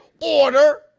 order